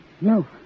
no